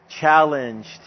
challenged